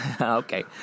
Okay